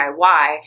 DIY